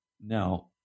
Now